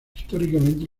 históricamente